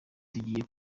tugiye